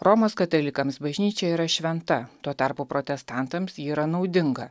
romos katalikams bažnyčia yra šventa tuo tarpu protestantams ji yra naudinga